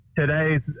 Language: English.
Today's